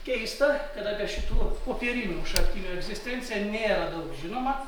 keista kad apie šitų popierinių šaltinių egzistenciją nėra daug žinoma